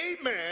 Amen